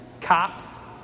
cops